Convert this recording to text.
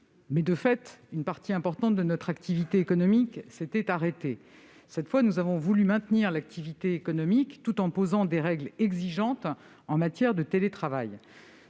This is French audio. De fait, une partie importante de notre activité économique s'était arrêtée. Cette fois, nous avons voulu maintenir l'activité économique tout en posant des règles exigeantes en matière de télétravail.